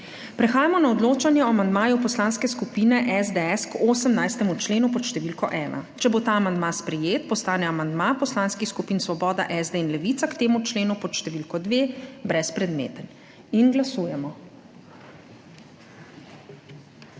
Prehajamo na odločanje o amandmaju Poslanske skupine SDS k 18. členu pod številko 1. Če bo ta amandma sprejet, postane amandma poslanskih skupin Svoboda, SD in Levica k temu členu pod številko 2 brezpredmeten. Glasujemo.